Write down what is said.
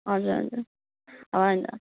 हजुर हजुर होइन